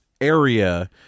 area